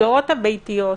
במסגרות הביתיות,